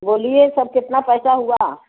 बोलिए सब कितना पैसा हुआ